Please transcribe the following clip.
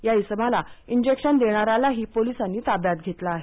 या इसमाला इंजेक्शन देणाऱ्यालाही पोलिसांनी ताब्यात घेतलं आहे